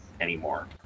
anymore